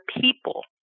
people